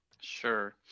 Sure